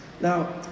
Now